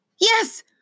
Yes